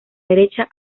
derecha